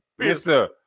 Mr